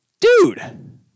Dude